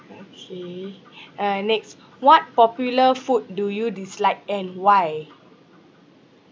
okay uh next what popular food do you dislike and why mm